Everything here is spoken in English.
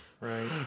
right